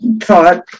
thought